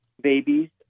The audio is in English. babies